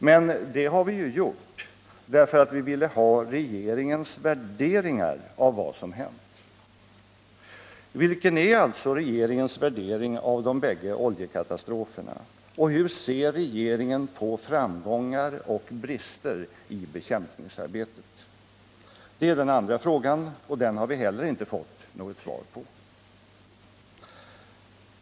Men det har vi ju gjort därför att vi ville ha regeringens värderingar av vad som hänt. Vilken är alltså regeringens värdering av de bägge oljekatastroferna, och hur ser regeringen på framgångar och brister i bekämpningsarbetet? Det är den andra frågan, och den har vi heller inte fått något svar på.